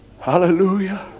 hallelujah